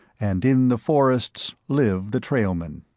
and in the forests lived the trailmen.